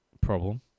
problem